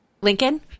Lincoln